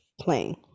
playing